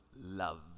love